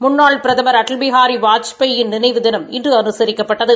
முன்னாள் பிரதம் அடல் பிகாரி வாஜ்பாயின் நினைவு தினம் இன்று அனுசரிக்கப்பட்டது